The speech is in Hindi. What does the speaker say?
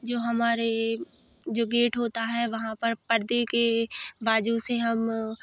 जो हमारे जो गेट होता है वहाँ पर परदे के बाजू से हम